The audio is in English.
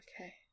Okay